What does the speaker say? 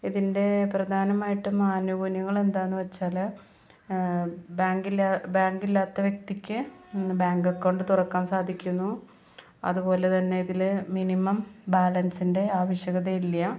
ഇതിൻ്റെ പ്രധാനമായിട്ടും ആനുകൂല്യങ്ങൾ എന്താണെന്ന് വെച്ചാൽ ബാങ്കിൽ ബാങ്ക് ഇല്ലാത്ത വ്യക്തിക്ക് ബാങ്ക് അക്കൗണ്ട് തുറക്കാൻ സാധിക്കുന്നു അതുപോലെ തന്നെ ഇതില് മിനിമം ബാലൻസിൻ്റെ ആവശ്യകത ഇല്ല